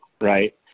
right